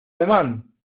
ademán